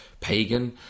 pagan